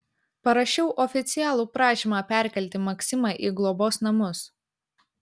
parašiau oficialų prašymą perkelti maksimą į globos namus